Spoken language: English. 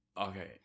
Okay